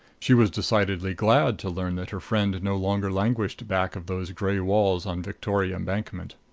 she was decidedly glad to learn that her friend no longer languished back of those gray walls on victoria embankment.